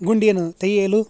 ಗುಂಡಿಯನ್ನು ತೆಗೆಯಲು